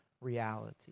reality